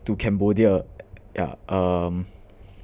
to cambodia yeah um